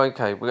Okay